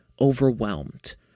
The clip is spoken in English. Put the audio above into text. overwhelmed